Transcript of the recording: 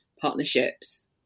partnerships